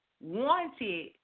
wanted